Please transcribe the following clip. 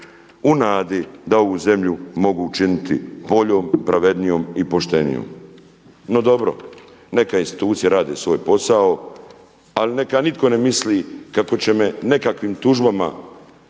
u nadi da ovu zemlju mogu učiniti boljom, pravednijom i poštenijom. No dobro, neka institucije rade svoj posao ali neka nitko ne misli kako će me nekakvim tužbama